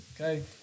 Okay